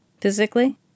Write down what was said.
Physically